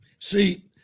See